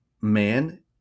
Man